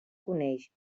coneix